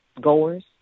goers